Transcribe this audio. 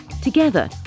Together